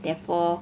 therefore